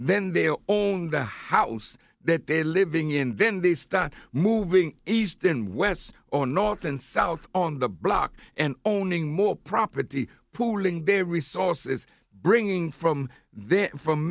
then they all own the house that they are living in then they start moving east then west or north and south on the block and owning more property pooling their resources bringing from there from